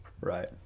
right